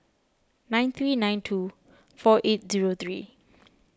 nine three nine two four eight zero three